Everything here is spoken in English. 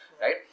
right